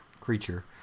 creature